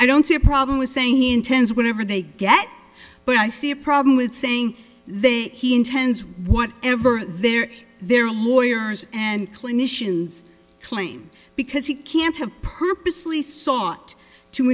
i don't see a problem with saying he intends whatever they get but i see a problem with saying they he intends what ever their their lawyers and clinicians claim because he can't have purposely sought to